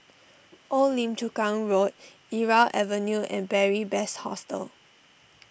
Old Lim Chu Kang Road Irau Avenue and Beary Best Hostel